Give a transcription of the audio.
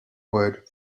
word